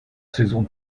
saison